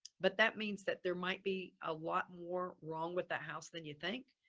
but that means that there might be a lot more wrong with that house than you think.